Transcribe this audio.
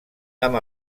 amb